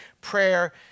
prayer